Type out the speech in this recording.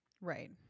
Right